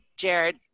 Jared